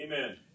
Amen